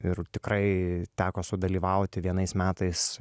ir tikrai teko sudalyvauti vienais metais